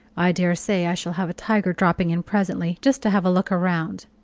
i daresay i shall have a tiger dropping in presently just to have a look round.